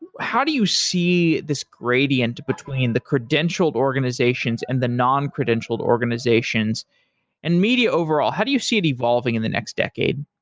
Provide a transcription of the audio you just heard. how do you see this gradient between the credentialed organizations and the non-credentialed organizations and media overall, how do you see it devolving in the next decade?